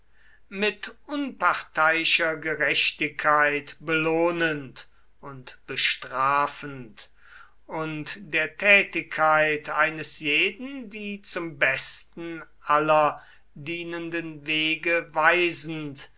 mit unparteiischer gerechtigkeit belohnend und bestrafend und der tätigkeit eines jeden die zum besten aller dienenden wege weisend